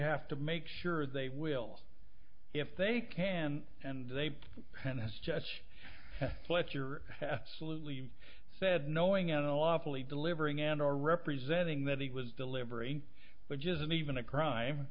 have to make sure they will if they can and they can as judge fletcher absolutely said knowing an awfully delivering and or representing that he was delivery which isn't even a crime